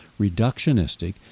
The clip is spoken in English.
reductionistic